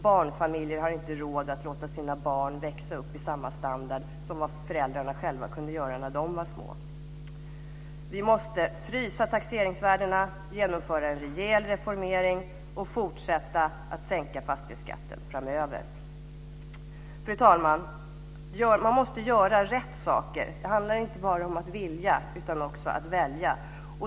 Barnfamiljer har inte råd att låta sina barn växa upp i samma standard som föräldrarna själva när de var små. Vi måste frysa taxeringsvärdena, genomföra en rejäl reformering och fortsätta att sänka fastighetsskatten framöver. Fru talman! Man måste göra rätt saker. Det handlar inte bara om att vilja utan också om att välja.